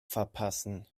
verpassen